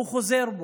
הוא חוזר בו.